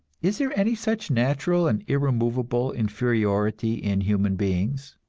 is there any such natural and irremovable inferiority in human beings?